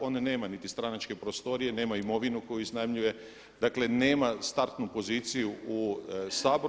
On nema niti stranačke prostorije, nema imovinu koju iznajmljuje, dakle nema startnu poziciju u Saboru.